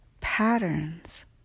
Patterns